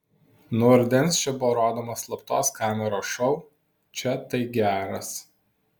nuo rudens čia buvo rodomas slaptos kameros šou čia tai geras